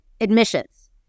Admissions